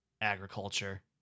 Agriculture